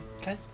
Okay